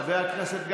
חבר הכנסת גפני,